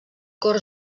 cor